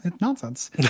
nonsense